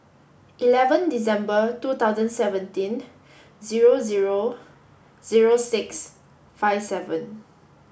eleven December two thousand seventeen zero zero zero six five seven